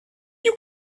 you